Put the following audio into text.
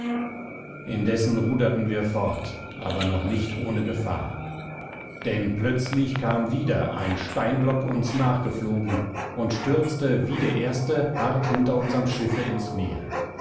indessen ruderten wir fort aber noch nicht ohne gefahr denn plötzlich kam wieder ein steinblock uns nachgeflogen und stürzte wie der erste hart hinter unserm schiffe ins meer